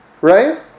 Right